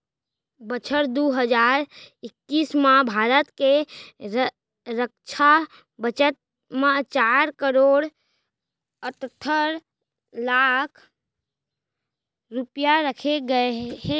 बछर दू हजार इक्कीस म भारत के रक्छा बजट म चार करोड़ अठत्तर लाख रूपया रखे गए हे